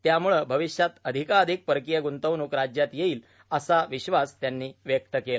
त्यामुळे भविष्यात अधिकाधिक परकीय गूंतवणूक राज्यात येईल असा विश्वास त्यांनी व्यक्त केला